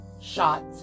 shot